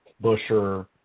Busher